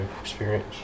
experience